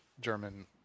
German